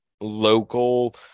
local